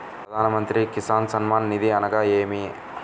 ప్రధాన మంత్రి కిసాన్ సన్మాన్ నిధి అనగా ఏమి?